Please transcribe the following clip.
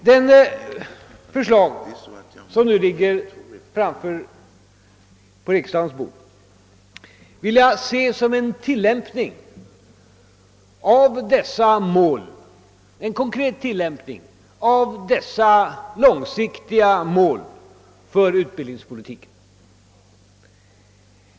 Det förslag som nu ligger på riksdagens bord vill jag se som en konkret tillämpning av dessa långsiktiga mål för utbildningspolitiken.